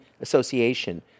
association